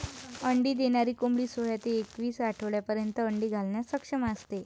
अंडी देणारी कोंबडी सोळा ते एकवीस आठवड्यांपर्यंत अंडी घालण्यास सक्षम असते